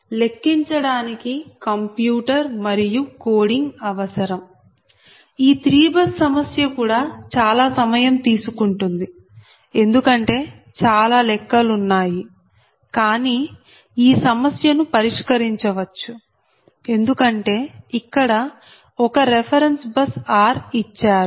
లెక్కించడానికి కంప్యూటర్ మరియు కోడింగ్ అవసరం ఈ 3 బస్ సమస్య కూడా చాలా సమయం తీసుకుంటుంది ఎందుకంటే చాలా లెక్కలున్నాయి కానీ ఈ సమస్యను పరిష్కరించవచ్చు ఎందుకంటే ఇక్కడ ఒక 1 రెఫెరెన్స్ బస్ r ఇచ్చారు